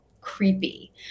creepy